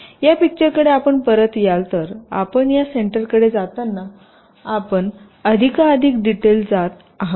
या पिक्चर कडे आपण परत याल तरआपण या सेंटरकडे जाताना आपण अधिकाधिक डिटेल जात आहात